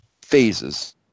phases